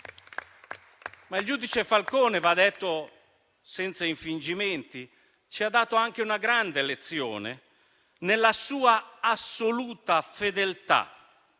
Ma il giudice Falcone, va detto senza infingimenti, ci ha dato anche una grande lezione nella sua assoluta fedeltà